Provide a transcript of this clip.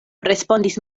respondis